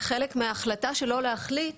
חלק מההחלטה שלא להחליט